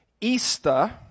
Easter